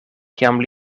kiam